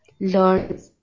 Learn